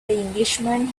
englishman